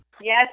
Yes